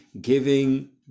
giving